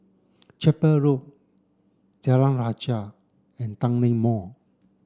Chapel Road Jalan Rajah and Tanglin Mall